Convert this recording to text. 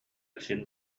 син